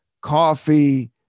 coffee